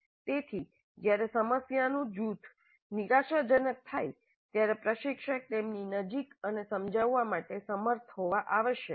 તેથી જ્યારે સમસ્યાનું જૂથ નિરાશાજનક થાય છે ત્યારે પ્રશિક્ષક તેમની નજીક અને સમજાવવા માટે સમર્થ હોવા આવશ્યક છે